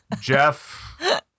Jeff